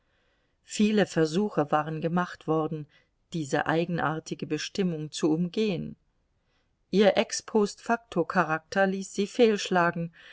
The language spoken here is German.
viele versuche waren gemacht worden diese eigenartige bestimmung zu umgehen ihr ex post facto charakter ließ sie